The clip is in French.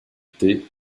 thé